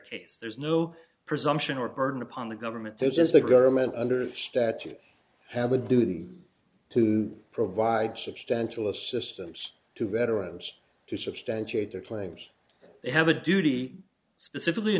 case there's no presumption or burden upon the government just the government under the statute have a duty to provide substantial assistance to veterans to substantiate their claims they have a duty specifically